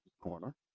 Corner